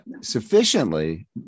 sufficiently